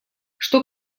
что